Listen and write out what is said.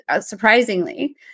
surprisingly